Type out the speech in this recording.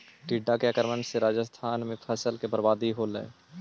टिड्डा के आक्रमण से राजस्थान में फसल के बर्बादी होलइ